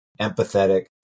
empathetic